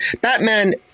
Batman